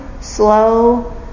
slow